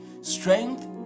strength